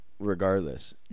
Regardless